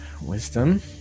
wisdom